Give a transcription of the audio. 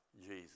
Jesus